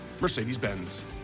mercedes-benz